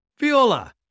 Viola